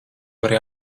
vari